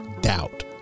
Doubt